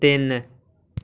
ਤਿੰਨ